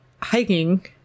hiking